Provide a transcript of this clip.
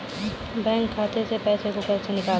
Bank खाते से पैसे को कैसे निकालें?